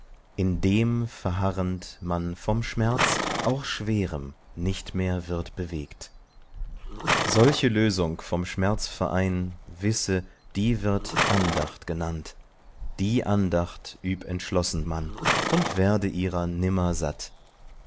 in dem verharrend man vom schmerz auch schwerem nicht mehr wird bewegt solche lösung vom schmerzverein wisse die wird andacht genannt die andacht üb entschlossen man und werde ihrer